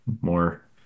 more